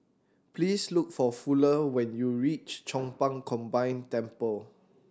please look for Fuller when you reach Chong Pang Combined Temple